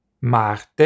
Marte